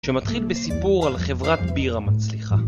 שמתחיל בסיפור על חברת ביר המצליחה